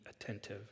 attentive